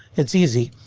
it's easy.